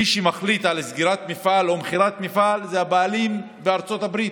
מי שמחליט על סגירת מפעל או מכירת מפעל זה הבעלים בארצות הברית,